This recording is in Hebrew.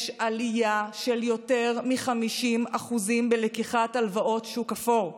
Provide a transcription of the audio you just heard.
יש עלייה של יותר מ-50% בלקיחת הלוואות בשוק אפור,